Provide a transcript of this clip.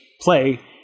play